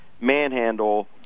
manhandle